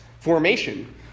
formation